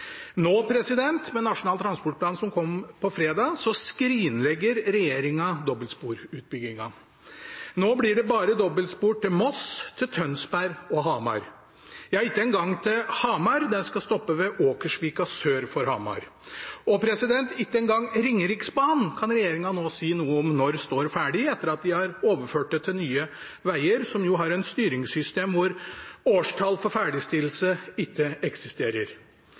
Med Nasjonal transportplan som kom på fredag, skrinlegger regjeringen dobbeltsporutbyggingen. Nå blir det dobbeltspor bare til Moss, Tønsberg og Hamar. Ja, ikke engang til Hamar, det skal stoppe ved Åkersvika sør for Hamar. Ikke engang Ringeriksbanen kan regjeringen nå si når står ferdig, etter at de har overført det til Nye Veier, som jo har et styringssystem hvor årstall for ferdigstillelse ikke eksisterer.